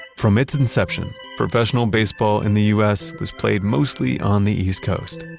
from its inception professional baseball in the u s. was played mostly on the east coast.